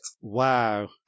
Wow